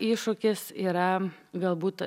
iššūkis yra galbūt